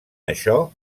això